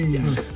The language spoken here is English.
Yes